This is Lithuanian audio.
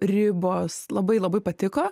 ribos labai labai patiko